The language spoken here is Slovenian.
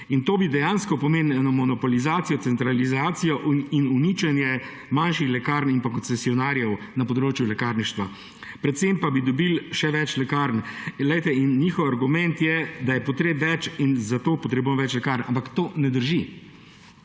in to bi dejansko pomenili eno monopolizacijo, centralizacijo in uničenje manjših lekarn in pa koncesionarjev na področju lekarništva. Predvsem pa bi dobili še več lekarn. Glejte, in njihov argument je, da je potreb več in zato potrebujemo več lekarn. Ampak to ne drži.